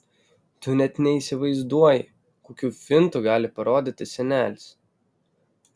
tu net neįsivaizduoji kokių fintų gali parodyti senelis